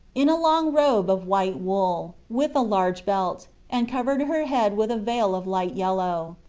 in a long robe of white wool, with a large belt, and covered her head with a veil of light yellow.